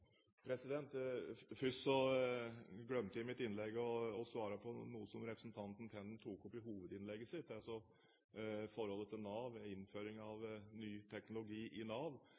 Først så glemte jeg i mitt innlegg å svare på noe som representanten Tenden tok opp i hovedinnlegget sitt om forholdet til Nav og innføring av ny teknologi i Nav.